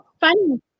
funny